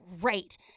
great